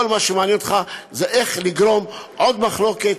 כל מה שמעניין אותך זה איך לגרום עוד מחלוקת,